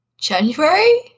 January